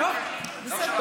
אוקיי.